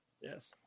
Yes